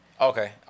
Okay